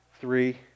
three